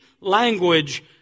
language